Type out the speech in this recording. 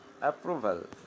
approval